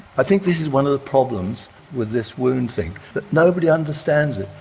i think this is one of the problems with this wound thing, that nobody understands it.